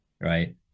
right